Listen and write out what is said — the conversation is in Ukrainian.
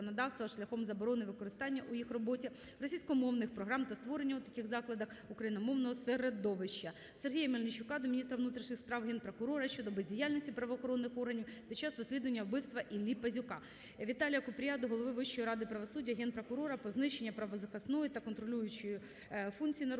законодавства шляхом заборони використання у їх роботі російськомовних програм та створення у таких закладах українськомовного середовища. Сергія Мельничука до Міністра внутрішніх справ, Генпрокурора щодо бездіяльності правоохоронних органів під час розслідування вбивства Іллі Пазюка. Віталія Купрія до Голови Вищої ради правосуддя, Генпрокурора про знищення правозахисної та контролюючої функцій народних